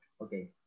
Okay